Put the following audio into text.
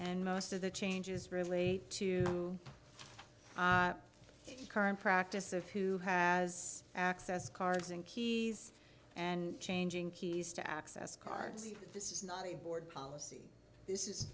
and most of the changes relate to the current practice of who has access cards and keys and changing keys to access cards this is not a board policy this is